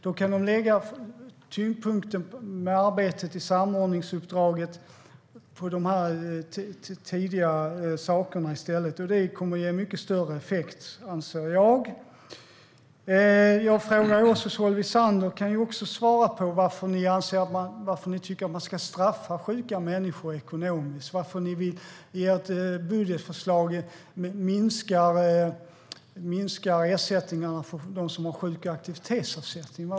Då kan Försäkringskassan lägga tyngdpunkten i arbetet med samordningsuppdraget på de här tidiga sakerna i stället. Det kommer att ge mycket större effekt, anser jag. Jag ställde några frågor till Lotta Finstorp som Solveig Zander nu kan svara på: Varför tycker ni att man ska straffa sjuka människor ekonomiskt? Varför minskar ni i ert budgetförslag ersättningarna till dem som har sjuk och aktivitetsersättning?